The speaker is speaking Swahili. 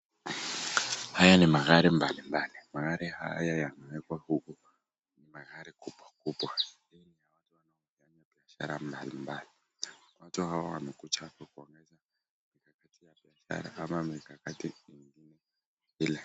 haya ni magari mbali mbali, magari haya yamewekwa huku ni magari kubwa kubwa ama mbali mbali. watu hawa wamekuja...ama mikakati ile..